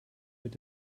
mit